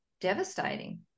devastating